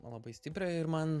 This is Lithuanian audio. labai stiprią ir man